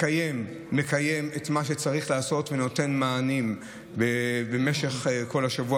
מקיים את מה שצריך לעשות ונותן מענים במשך כל השבוע,